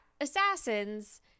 assassins